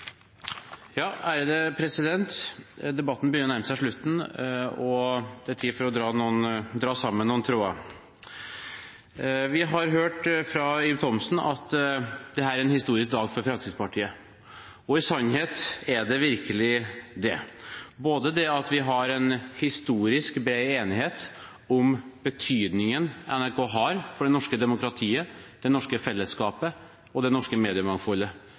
er tid for å dra sammen noen tråder. Vi har hørt fra Ib Thomsen at dette er en historisk dag for Fremskrittspartiet, og i sannhet er det virkelig det. Det at vi har en historisk bred enighet om betydningen NRK har for det norske demokratiet, det norske fellesskapet og det norske mediemangfoldet